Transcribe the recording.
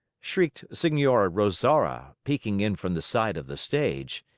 shrieked signora rosaura, peeking in from the side of the stage.